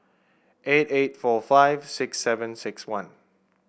eight eight four five six seven six one